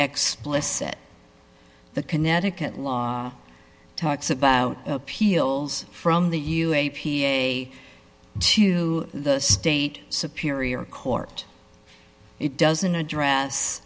explicit the connecticut law talks about appeals from the you a p a to the state superior court it doesn't address